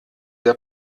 der